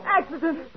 Accident